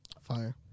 Fire